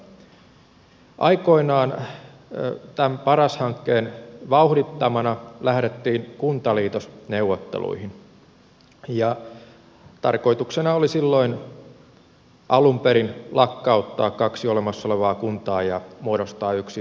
aikoinaan tämän paras hankkeen vauhdittamana lähdettiin kuntaliitosneuvotteluihin ja tarkoituksena oli silloin alun perin lakkauttaa kaksi olemassa olevaa kuntaa ja muodostaa yksi uusi kunta